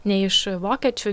nei iš vokiečių